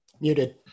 muted